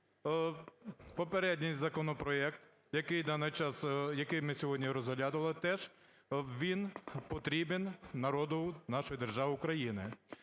попередній законопроект, який ми сьогодні розглядали, теж він потрібен народу нашої держави України.